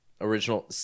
original